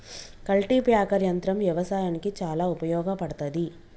cultipacker యంత్రం వ్యవసాయానికి చాలా ఉపయోగపడ్తది